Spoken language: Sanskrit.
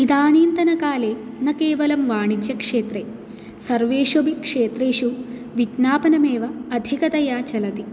इदानीन्तनकाले न केवलं वाणिज्यक्षेत्रे सर्वेषु अपि क्षेत्रेषु विज्ञापनमेव अधिकतया चलति